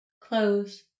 close